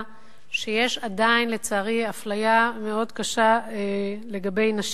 שלצערי יש עדיין אפליה מאוד קשה של נשים.